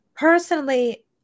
Personally